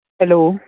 hello